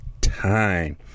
time